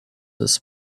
this